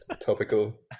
Topical